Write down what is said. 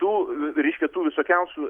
tų reiškia tų visokiausių